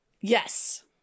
Yes